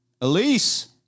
Elise